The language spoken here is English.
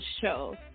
Show